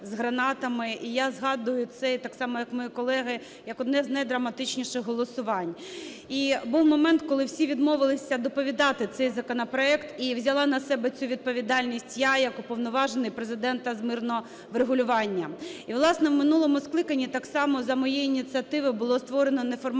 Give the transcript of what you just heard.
І я згадую це так само, як мої колеги, як одне з найдраматичніших голосувань. І був момент, коли всі відмовились доповідати цей законопроект і взяла на себе цю відповідальність я як Уповноважений Президента з мирного врегулювання. І, власне, в минулому скликанні так само за моєю ініціативи було створено не формальну